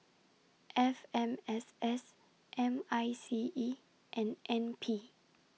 F M S S M I C E and N P